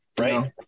right